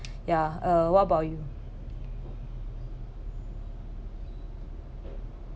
ya uh what about you